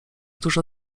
dużo